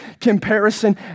Comparison